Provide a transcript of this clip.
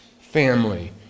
family